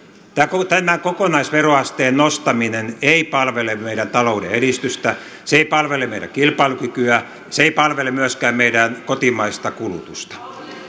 tämän kokonaisveroasteen nostaminen ei palvele meidän talouden edistystä se ei palvele meidän kilpailukykyä se ei palvele myöskään meidän kotimaista kulutusta